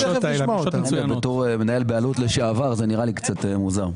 כמנהל בעלות לשעבר, זה נראה לי קצת מוזר.